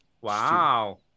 Wow